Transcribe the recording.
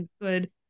good